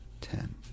ten